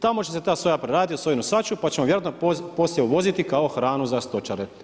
Tamo će se ta soja preraditi u sojinu saću, pa ćemo je vjerojatno poslije uvoziti kao hranu za stočare.